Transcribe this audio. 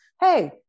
hey